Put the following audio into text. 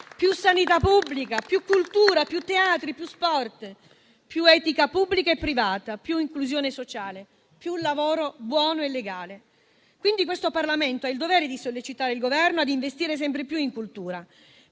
più sanità pubblica, più cultura, più teatri, più sport; più etica pubblica e privata, più inclusione sociale, più lavoro buono e legale. Questo Parlamento ha il dovere, quindi, di sollecitare il Governo a investire sempre più in cultura,